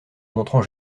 montrant